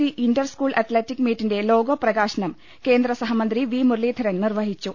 E inter school athletic മീറ്റിന്റെ logo പ്രകാശനം കേന്ദ്ര സഹമന്ത്രി വി മുരളീധരൻ നിർവഹിച്ചു